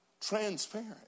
Transparent